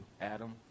Adam